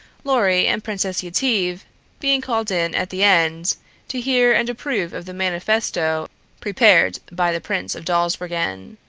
lorry and princess yetive being called in at the end to hear and approve of the manifesto prepared by the prince of dawsbergen.